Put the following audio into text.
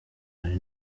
ari